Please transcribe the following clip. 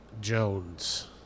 Jones